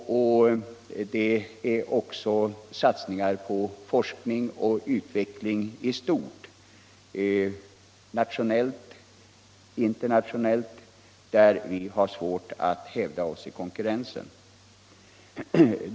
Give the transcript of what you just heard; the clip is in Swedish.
Det är vidare satsningar på forskning och utveckling i stort — nationellt och internationellt —, där vi har svårt att hävda oss i konkurrensen.